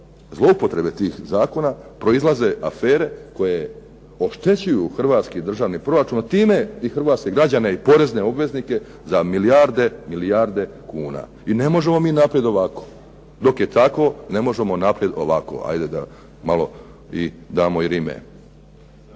zloupotrebe tih zakona proizlaze afere koje oštećuju Hrvatski državni proračun a time i hrvatske građane i porezne obveznike za milijarde, milijarde kuna. I ne možemo mi naprijed ovako, dok je tako ne možemo naprijed ovako. Ajde da malo damo i rime.